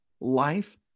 life